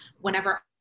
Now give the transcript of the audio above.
whenever